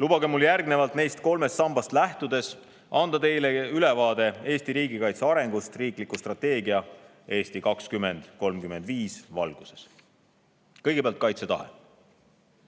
Lubage mul järgnevalt neist kolmest sambast lähtudes anda teile ülevaade Eesti riigikaitse arengust riikliku strateegia "Eesti 2035" valguses. Kõigepealt kaitsetahe.